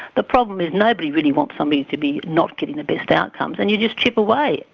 the problem is nobody really wants somebody to be not getting the best outcomes, and you just chip away.